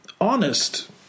honest